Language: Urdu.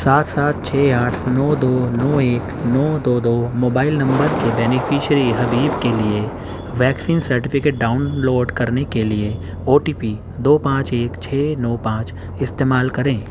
سات سات چھ آٹھ نو دو نو ایک نو دو دو موبائل نمبر کے بینیفشیئری حبیب کے لیے ویکسین سرٹیفکیٹ ڈاؤن لوڈ کرنے کے لیے او ٹی پی دو پانچ ایک چھ نو پانچ استعمال کریں